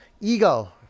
Ego